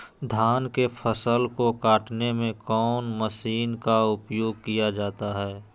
धान के फसल को कटने में कौन माशिन का उपयोग किया जाता है?